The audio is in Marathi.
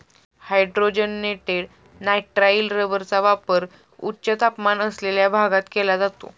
हायड्रोजनेटेड नायट्राइल रबरचा वापर उच्च तापमान असलेल्या भागात केला जातो